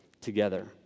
together